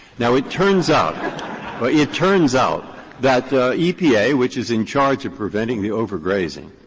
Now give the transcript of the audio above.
now, it turns out but yeah it turns out that epa, which is in charge of preventing the overgrazing,